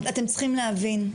אתם צריכים להבין,